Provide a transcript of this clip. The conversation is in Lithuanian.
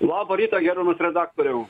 laba rytą gerbiamas redaktoriau